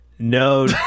No